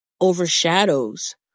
overshadows